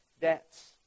debts